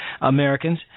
Americans